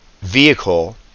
vehicle